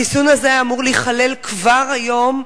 החיסון הזה היה אמור להיכלל כבר היום,